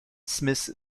smith